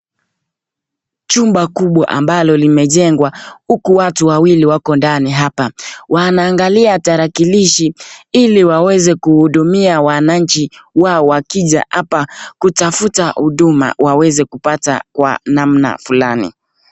Jumba kubwa ambalo limejengewa huku watu wawili wako ndani hapa wanaangalia tarakilishi ili waweze kuhudumia wananchi wao wakija hapa kutafuta huduma waweze kupata kwa namna fulani.